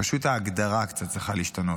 פשוט ההגדרה צריכה קצת להשתנות.